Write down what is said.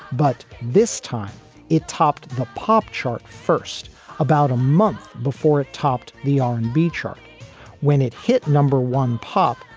but this time it topped the pop charts first about a month before it topped the r and b chart when it hit number one pop.